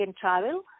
travel